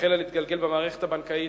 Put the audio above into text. החל להתגלגל במערכת הבנקאית,